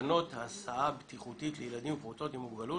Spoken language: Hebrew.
תקנות הסעה בטיחותית לילדים ולפעוטות עם מוגבלות